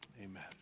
Amen